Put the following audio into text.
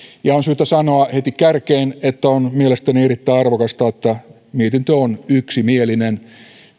ja on syytä sanoa heti kärkeen että on mielestäni erittäin arvokasta että mietintö on yksimielinen